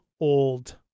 old